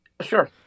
Sure